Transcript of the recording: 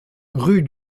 rue